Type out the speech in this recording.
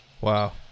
Wow